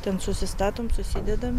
ten susistatom susidedam